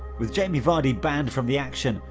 with jamie vardy banned from the action,